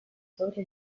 sobre